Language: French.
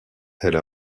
elle